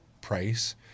price